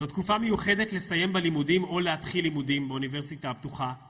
זו תקופה מיוחדת לסיים בלימודים או להתחיל לימודים באוניברסיטה הפתוחה.